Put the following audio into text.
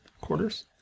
quarters